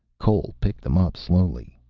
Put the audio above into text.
cole picked them up slowly.